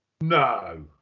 No